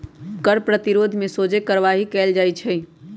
कर प्रतिरोध में सोझे कार्यवाही कएल जाइ छइ